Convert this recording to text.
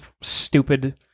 stupid